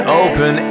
open